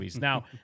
Now